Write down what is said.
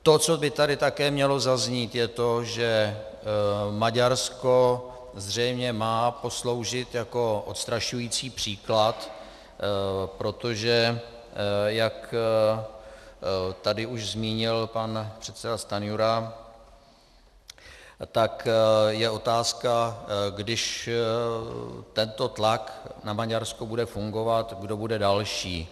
To, co by tady také mělo zaznít, je to, že Maďarsko zřejmě má posloužit jako odstrašující příklad, protože jak tady už zmínil pan předseda Stanjura, tak je otázka, když tento tlak na Maďarsko bude fungovat, kdo bude další.